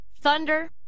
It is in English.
Thunder